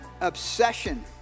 obsession